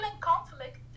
conflict